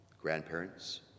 grandparents